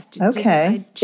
Okay